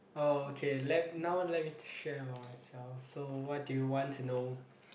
oh okay let now let me share about myself so what do you want to know